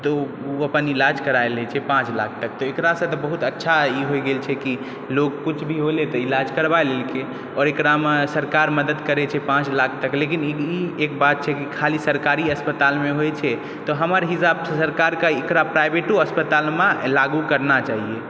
ओ अपन इलाज करा लै छै पाँच लाख तक तऽ एकरा सॅं बहुत अच्छा ई होइ गेल छै की लोक किछु भी होले तऽ इलाज करबा लेलकै आओर एकरा मे सरकार मदद करै छै पाँच लाख तक लेकिन ई एक बात छै की ख़ाली सरकारी हस्पताल मे होइ छै तऽ हमर हिसाब सॅं सरकार के एकरा प्राइवटो हस्पताल मे लागू करना चाहिए